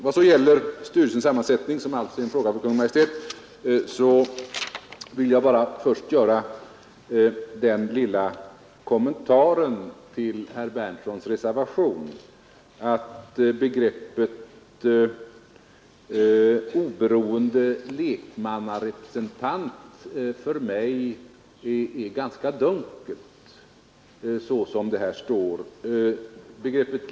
Vad så gäller styrelsens sammansättning, som alltså är en fråga för Kungl. Maj:t, vill jag först göra den lilla kommentaren till herr Berndtsons i Linköping reservation, att begreppet oberoende lekmannarepresentant för mig är ganska dunkelt såsom det står här.